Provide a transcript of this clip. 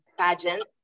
pageant